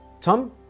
tom